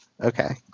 Okay